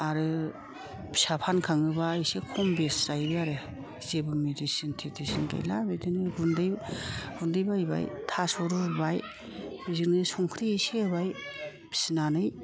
आरो फिसा फानखाङोबा एसे खम बेसि जायो आरो जेबो मेदिसिन थिदिसिन गैला बिदिनो गुन्दै गुन्दै बायबाय थास' रुबाय बेजोंनो संख्रि एसे होबाय फिसिनानै